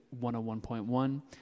101.1